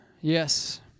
Yes